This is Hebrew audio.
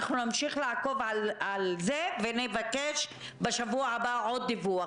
נמשיך לעקוב אחרי זה ונבקש בשבוע הבא עוד דיווח,